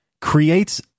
creates